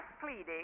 pleading